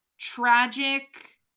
tragic